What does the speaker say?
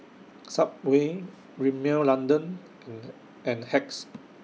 Subway Rimmel London and and Hacks